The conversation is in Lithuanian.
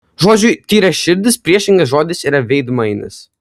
žodžiui tyraširdis priešingas žodis yra veidmainis